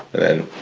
and then